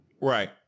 Right